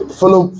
follow